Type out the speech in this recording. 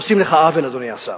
עושים לך עוול, אדוני השר.